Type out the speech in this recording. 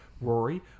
Rory